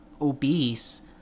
obese